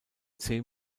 zehn